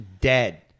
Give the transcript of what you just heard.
dead